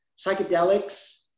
psychedelics